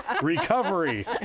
Recovery